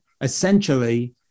essentially